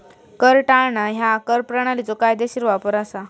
कर टाळणा ह्या कर प्रणालीचो कायदेशीर वापर असा